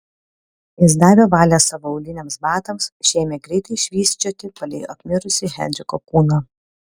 jis davė valią savo auliniams batams šie ėmė greitai švysčioti palei apmirusį henriko kūną